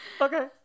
Okay